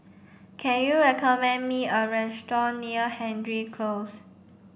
can you recommend me a restaurant near Hendry Close